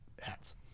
hats